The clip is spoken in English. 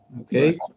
okay